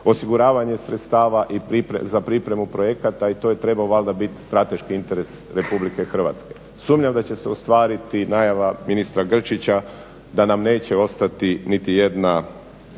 osiguravanje sredstava za pripremu projekata i to je trebao valjda biti strateški interes Republike Hrvatske. Sumnjam da će se ostvariti najava ministra Grčića da nam neće ostati niti jedan